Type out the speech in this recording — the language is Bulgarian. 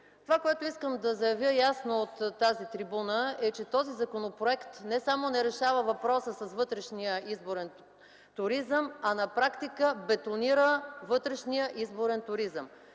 Това, което искам да заявя ясно от тази трибуна, е, че този законопроект не само не решава въпроса с вътрешния изборен туризъм, а на практика бетонира вътрешния изборен туризъм.